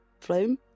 flame